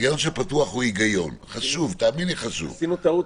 עשינו טעות.